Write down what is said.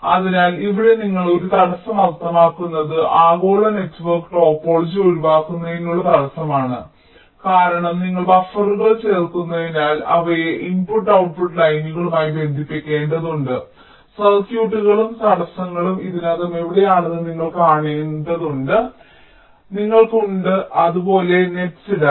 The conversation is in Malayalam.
അതിനാൽ ഇവിടെ നിങ്ങൾ ഒരു തടസ്സം അർത്ഥമാക്കുന്നത് ആഗോള നെറ്റ്വർക്ക് ടോപ്പോളജി ഒഴിവാക്കുന്നതിനുള്ള തടസ്സമാണ് കാരണം നിങ്ങൾ ബഫറുകൾ ചേർക്കുന്നതിനാൽ നിങ്ങൾ അവയെ ഇൻപുട്ട് ഔട്ട്പുട്ട് ലൈനുകളുമായി ബന്ധിപ്പിക്കേണ്ടതുണ്ട് സർക്യൂട്ടുകളും തടസ്സങ്ങളും ഇതിനകം എവിടെയാണെന്ന് നിങ്ങൾ കാണേണ്ടതുണ്ട് നിങ്ങൾക്ക് ഉണ്ട് അത് പോലെ നെറ്സ് ഇടാൻ